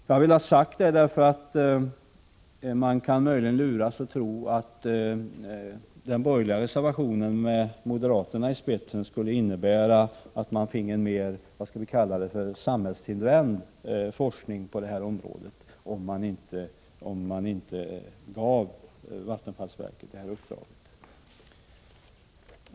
Jag vill ha detta sagt, eftersom man möjligen kan luras att tro att reservationen från borgerligt håll med moderaterna i spetsen skulle innebära att man genom att inte ge Vattenfall sektorsansvaret finge mer av ”samhällstillvänd” forskning på det här området.